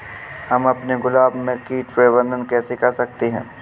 हम अपने गुलाब में कीट प्रबंधन कैसे कर सकते है?